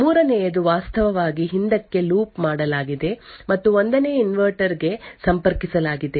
3 ನೇಯದು ವಾಸ್ತವವಾಗಿ ಹಿಂದಕ್ಕೆ ಲೂಪ್ ಮಾಡಲಾಗಿದೆ ಮತ್ತು 1 ನೇ ಇನ್ವರ್ಟರ್ ಗೆ ಸಂಪರ್ಕಿಸಲಾಗಿದೆ